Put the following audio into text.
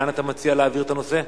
לאן אתה מציע להעביר את הנושא?